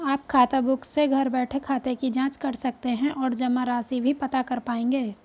आप खाताबुक से घर बैठे खाते की जांच कर सकते हैं और जमा राशि भी पता कर पाएंगे